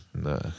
No